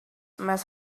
must